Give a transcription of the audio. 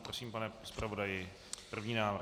Prosím, pane zpravodaji, první návrh.